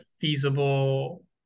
feasible